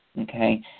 Okay